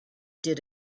did